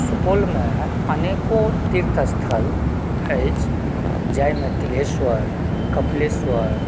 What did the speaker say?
सुपौलम अनेको तीर्थस्थल अछि जाहिमे तिलहेश्वर कपिलेश्वर